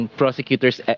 prosecutors